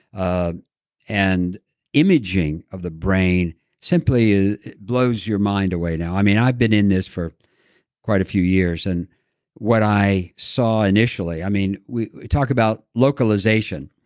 ah and imaging of the brain simply ah it blows your mind away now, i mean, i've been in this for quite a few years and what i saw initially, i mean, talk about localization,